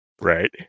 right